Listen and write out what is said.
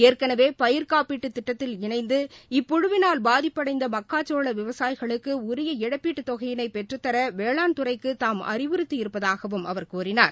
ஏற்கனவே பயிர் காப்பீட்டுத் திட்டத்தில் இணைந்து இப்புழுவினால் பாதிப்படைந்த மக்காச்சோள விவசாயிகளுக்கு உரிய இழப்பீட்டுத் தொகையினை பெற்றுத்தர வேளாண் துறைக்கு தாம் அறிவுறுத்தியிருப்பதாகவம் அவர் கூறினார்